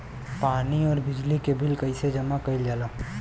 पानी और बिजली के बिल कइसे जमा कइल जाला?